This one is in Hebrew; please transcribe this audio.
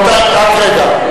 רבותי, רק רגע.